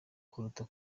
kuruta